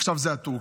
עכשיו זה הטורקים.